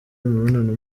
imibonano